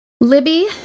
Libby